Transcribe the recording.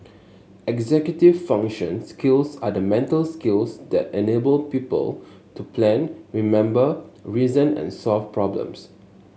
executive function skills are the mental skills that enable people to plan remember reason and solve problems